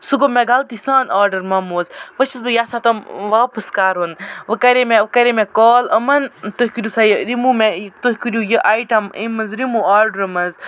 سُہ گوٚو مےٚ غلطی سان آرڈَر مَموز وٕنۍ چھَس بہٕ یَژھان تِم واپَس کَرُن وۄنۍ کرے مےٚ کَرے مےٚ کال یِمَن تُہۍ کٔرِو سا یہِ رِموٗ مےٚ یہِ تُہۍ کٔرِو یہِ آیٹَم اَمہِ منٛز رِموٗ آرڈرٕ منٛز